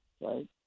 right